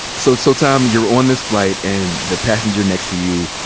so so tom, you're on this flight, and the passenger next to you,